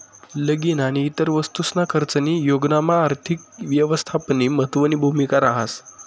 लगीन आणि इतर वस्तूसना खर्चनी योजनामा आर्थिक यवस्थापननी महत्वनी भूमिका रहास